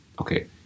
okay